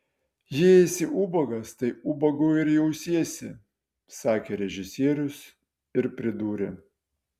jei esi ubagas tai ubagu ir jausiesi sakė režisierius ir pridūrė